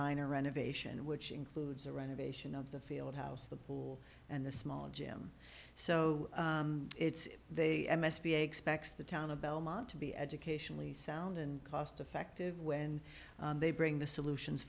minor renovation which includes the renovation of the field house the pool and the small gym so it's they must be a expects the town a belmont to be educationally sound and cost effective when they bring the solutions